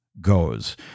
goes